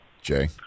Jay